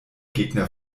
gegner